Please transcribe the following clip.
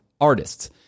artists